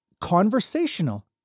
conversational